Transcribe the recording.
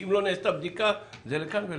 אם לא עשתה בדיקה, זה לכאן ולכאן.